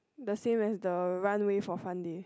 the same as the runway for fun day